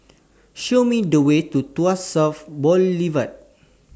Show Me The Way to Tuas South Boulevard